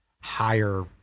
higher